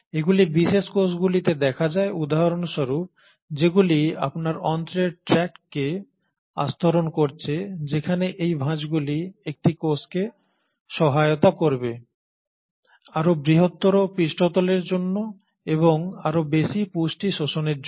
এগুলি বিশেষ কোষগুলিতে দেখা যায় উদাহরণস্বরূপ যেগুলি আপনার অন্ত্রের ট্র্যাক্টকে আস্তরণ করছে যেখানে এই ভাঁজগুলি একটি কোষকে সহায়তা করবে আরও বৃহত্তর পৃষ্ঠতলের জন্য এবং আরও বেশি পুষ্টি শোষণের জন্য